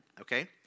okay